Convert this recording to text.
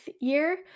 year